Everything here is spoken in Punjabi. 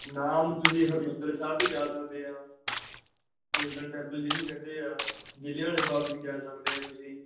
ਨਾਮ ਤੁਸੀਂ ਹਰਿਮੰਦਰ ਸਾਹਿਬ ਵੀ ਜਾ ਸਕਦੇ ਆਂ ਗੋਲਡਨ ਟੈਂਪਲ ਜਿਹਨੂੰ ਕਹਿੰਦੇ ਆ ਜਲਿਆਂਵਾਲੇ ਬਾਗ ਵੀ ਜਾ ਸਕਦੇ ਆਂ ਤੁਸੀਂ